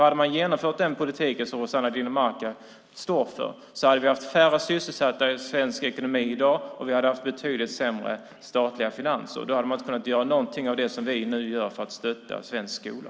Hade man genomfört den politik som Rossana Dinamarca står för hade vi haft färre sysselsatta i svensk ekonomi i dag och betydligt sämre statliga finanser. Då hade man inte kunnat göra någonting av det som vi nu gör för att stötta svensk skola.